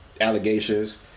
Allegations